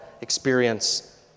experience